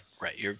right